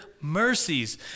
mercies